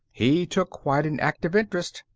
he took quite an active interest.